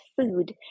food